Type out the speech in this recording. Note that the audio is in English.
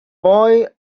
boy